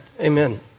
Amen